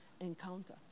encounter